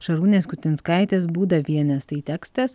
šarūnės kutinskaitės būdavienės tai tekstas